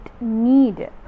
need